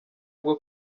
bwo